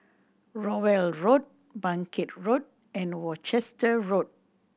Rowell Road Bangkit Road and Worcester Road